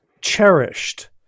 Cherished